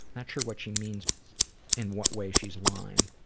not sure what she means in what way she's lying.